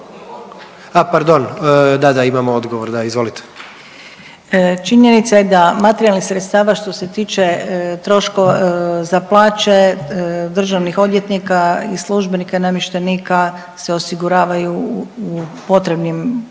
A pardon, da, da imamo odgovor, da izvolite. **Hrvoj-Šipek, Zlata** Činjenica je da materijalnih sredstava što se tiče troškova za plaće državnih odvjetnika i službenika i namještenika se osiguravaju u potrebnim